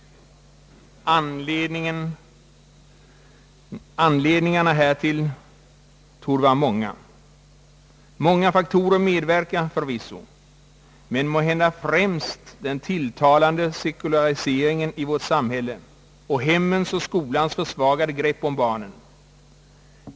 Anledningen härtill är oklar. Olika faktorer medverkar förvisso, men måhända främst den tilltagande sekulariseringen i vårt samhälle samt hemmens och skolans försvagade grepp om barnen.